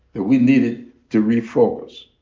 that we needed to refocus.